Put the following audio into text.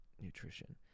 nutrition